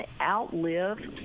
outlive